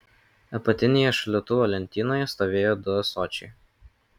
apatinėje šaldytuvo lentynoje stovėjo du ąsočiai